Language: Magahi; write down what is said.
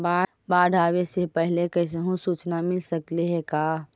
बाढ़ आवे से पहले कैसहु सुचना मिल सकले हे का?